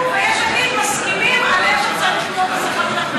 אנחנו ויאיר לפיד מסכימים על איפה צריך להיות השכר של החיילים.